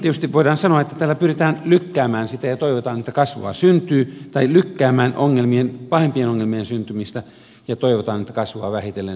tietysti voidaan sanoa että tällä pyritään lykkäämään sitä ja toivotaan että kasvua syntyy tai lykkäämään pahempien ongelmien syntymistä ja toivotaan että kasvua vähitellen syntyy